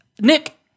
Nick